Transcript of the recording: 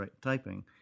typing